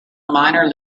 minor